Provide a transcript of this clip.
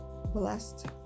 blessed